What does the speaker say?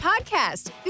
podcast